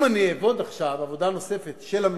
אם אני אעבוד עכשיו בעבודה נוספת של הממשלה,